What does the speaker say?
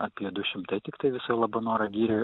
apie du šimtai tiktai visa labanoro girioj